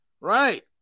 Right